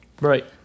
Right